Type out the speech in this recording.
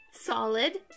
Solid